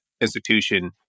institution